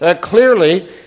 clearly